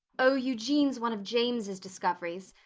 oh, eugene's one of james's discoveries.